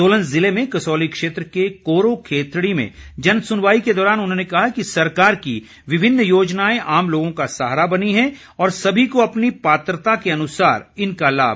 सोलन जिले में कसौली क्षेत्र के कोरों कँथड़ी में जन सुनवाई के दौरान उन्होंने कहा कि सरकार की विभिन्न योजनाएं आम लोगों का सहारा बनी हैं और सभी को अपनी पात्रता के अनुसार इनका लाभ उठाना चाहिए